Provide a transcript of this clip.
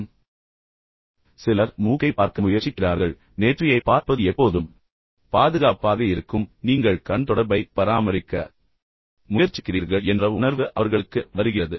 சிலர் சற்று கீழே சென்று மூக்கைப் பார்க்க முயற்சிக்கிறார்கள் ஆனால் நெற்றியை பார்ப்பது எப்போதும் பாதுகாப்பாக இருக்கும் ஏனெனில் நீங்கள் உண்மையில் கண் தொடர்பைப் பராமரிக்க முயற்சிக்கிறீர்கள் என்ற உணர்வு அவர்களுக்கு வருகிறது